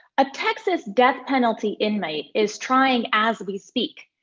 a texas death penalty inmate is trying, as we speak,